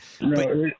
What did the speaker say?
No